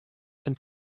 and